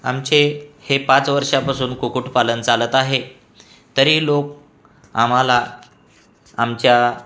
आमचे हे पाच वर्षापासून कुक्कुटपालन चालत आहे तरी लोक आम्हाला आमच्या